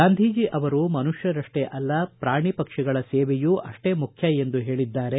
ಗಾಂಧೀಜಿ ಅವರು ಮನುಷ್ಟರಷ್ಪೇ ಅಲ್ಲ ಪ್ರಾಣಿ ಪಕ್ಷಿಗಳ ಸೇವೆಯೂ ಅಷ್ಷೇ ಮುಖ್ಯ ಎಂದು ಹೇಳಿದ್ದಾರೆ